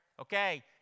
Okay